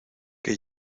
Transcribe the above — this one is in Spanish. que